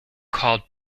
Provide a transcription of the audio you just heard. called